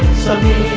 sunday,